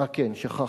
אה כן, שכחתי,